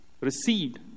received